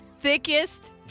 thickest